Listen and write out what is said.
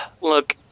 Look